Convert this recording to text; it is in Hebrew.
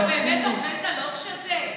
אתה באמת אוכל את הלוקש הזה?